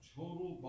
total